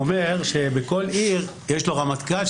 שבכל עיר יש לו רמטכ"ל,